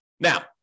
Now